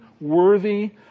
worthy